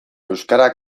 euskara